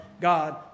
God